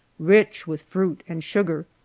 rich with fruit and sugar.